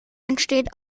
entsteht